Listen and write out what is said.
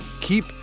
Keep